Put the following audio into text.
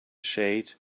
shade